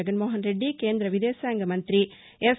జగన్నోహన్ రెడ్డి కేంద్ర విదేశాంగ మంత్రి ఎస్